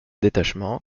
détachement